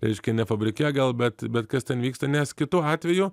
reiškia ne fabrike gal bet bet kas ten vyksta nes kitu atveju